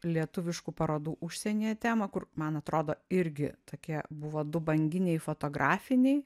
lietuviškų parodų užsienyje temą kur man atrodo irgi tokie buvo du banginiai fotografiniai